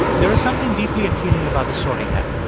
there is something deeply appealing about the sorting hat.